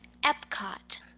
Epcot